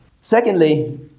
Secondly